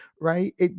right